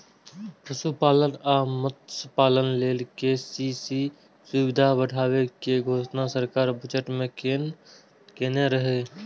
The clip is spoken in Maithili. पशुपालन आ मत्स्यपालन लेल के.सी.सी सुविधा बढ़ाबै के घोषणा सरकार बजट मे केने रहै